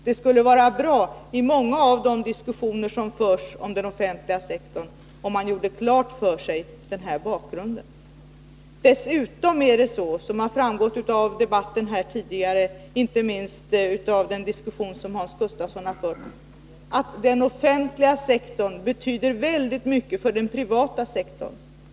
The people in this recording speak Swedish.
Det skulle vara bra om man, i många av de diskussioner som förs om den offentliga sektorn, gjorde klart för sig hur bakgrunden ser ut. Som framgått av debatten här tidigare, inte minst av den diskussion som Hans Gustafsson har fört, betyder den offentliga sektorn dessutom väldigt mycket för den privata sektorn.